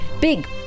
Big